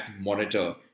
Monitor